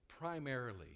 primarily